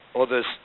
others